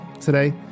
today